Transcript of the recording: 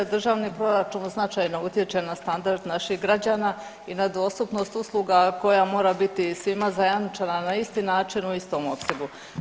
Državni proračun značajno utječe na standard naših građana i na dostupnost usluga koja mora biti svima zajamčena na isti način u istom opsegu.